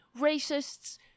racists